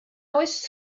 oes